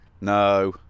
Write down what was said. No